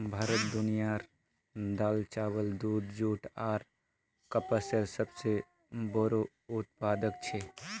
भारत दुनियार दाल, चावल, दूध, जुट आर कपसेर सबसे बोड़ो उत्पादक छे